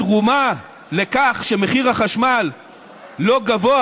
התרומה לכך שמחיר החשמל לא גבוה,